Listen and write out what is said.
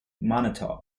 manitoba